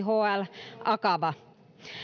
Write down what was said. jhl akava